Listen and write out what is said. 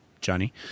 Johnny